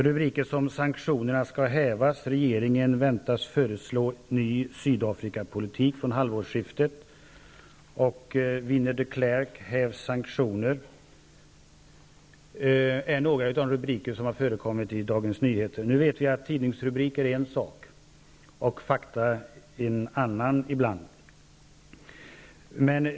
Rubriker som ''Sanktionerna ska hävas'', ''Regeringen väntas föreslå ny Sydafrikapolitik från halvårsskiftet'' och ''Vinner de Klerk hävs sanktioner'' är några av de rubriker som förekommit i Dagens Nyheter. Nu vet vi att tidningsrubriker är en sak och fakta ibland en annan.